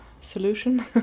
solution